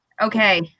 Okay